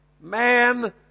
Man